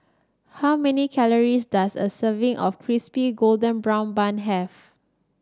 how many calories does a serving of Crispy Golden Brown Bun have